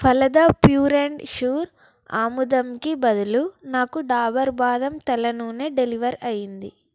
Phalada pure and sure ఆముదంకి బదులు నాకు డాబర్ బాదం తల నూనె డెలివర్ అయ్యింది